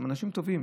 הם אנשים טובים.